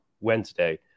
Wednesday